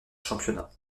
championnat